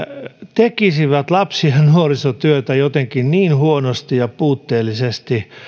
tekisivät lapsi ja nuorisotyötä jotenkin niin huonosti ja puutteellisesti